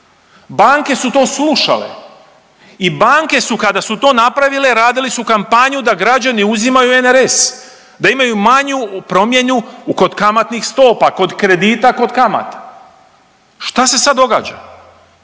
Banke su to slušale i banke su kada su to napravile radili su kampanju da građani uzimaju NRS, da imaju manju promjenu kod kamatnih stopa, kod kredita kod kamata, šta se sad događa?